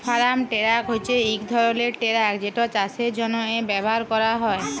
farm tractor হছে ইক ধরলের টেরাক যেট চাষের জ্যনহে ব্যাভার ক্যরা হয়